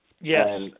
Yes